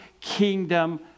kingdom